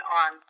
on